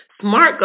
SMART